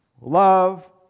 love